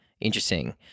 Interesting